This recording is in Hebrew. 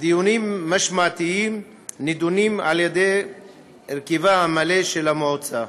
דיונים משמעתיים נידונים על-ידי הרכבה המלא של המועצה,